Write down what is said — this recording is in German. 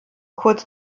kurz